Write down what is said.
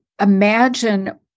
imagine